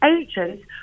agents